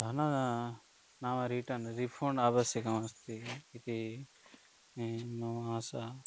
धनं नाम return refund आवश्यकमस्ति इति मम आशा